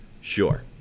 sure